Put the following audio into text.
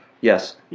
Yes